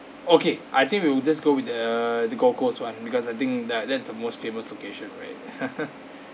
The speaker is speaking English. okay I think we will just go with the the gold coast [one] because I think that that's the most famous location right